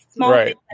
Right